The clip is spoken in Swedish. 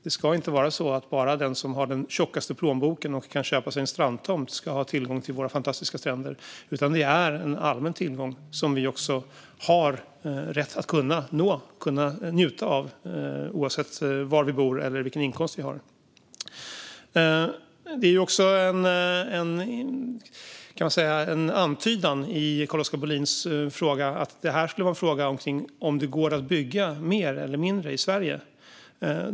Det ska inte vara så att bara den som har den tjockaste plånboken och kan köpa sig en strandtomt ska ha tillgång till våra fantastiska stränder, utan det är en allmän tillgång som vi har rätt att kunna njuta av oavsett var vi bor och vilken inkomst vi har. Det finns en antydan i Carl-Oskar Bohlins fråga om att detta skulle handla om ifall det går att bygga mer eller mindre i Sverige.